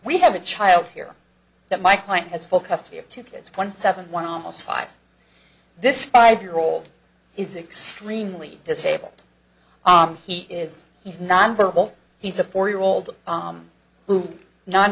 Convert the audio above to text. we have a child here that my client has full custody of two kids one seven one almost five this five year old is extremely disabled he is he's nonverbal he's a four year old who non